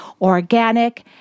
organic